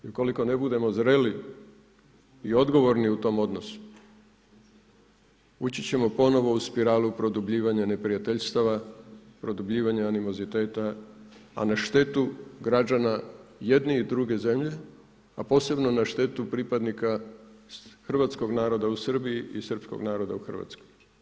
I ukoliko ne budemo zreli i odgovorni u tom odnosu ući ćemo ponovno u spiralu produbljivanja neprijateljstava, produbljivanja animoziteta, a na štetu građana jedne i druge zemlje, a posebno na štetu pripadnika hrvatskog naroda u Srbiji i srpskog naroda u Hrvatskoj.